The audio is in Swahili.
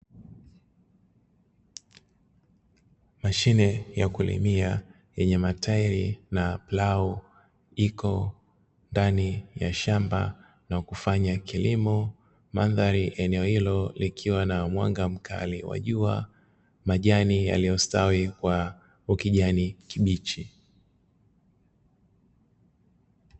Mashine ya kulimia yenye matairi na plau iko ndani ya shamba na kufanya kilimo. Mandhari ya eneo hilo likiwa na mwanga mkali wa jua majani yaliyostawi kwa ukijani kibichi.